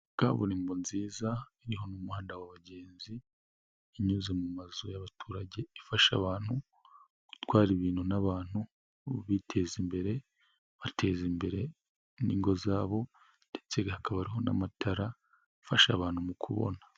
Kaburimbo nziza, iriho n'umuhanda wa bagenzi, inyuze mu mazu y'abaturage, ifasha abantu gutwara ibintu n'abantu biteza imbere, bateza imbere n'ingo zabo, ndetse hakaba n'amatara afasha abantu mu kubona.